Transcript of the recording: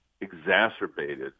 exacerbated